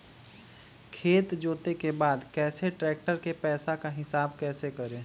खेत जोते के बाद कैसे ट्रैक्टर के पैसा का हिसाब कैसे करें?